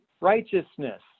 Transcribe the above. righteousness